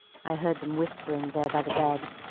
i heard them whispering there by the bed.